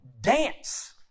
dance